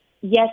Yes